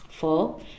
four